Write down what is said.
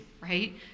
right